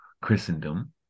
Christendom